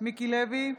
מיקי לוי,